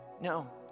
No